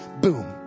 boom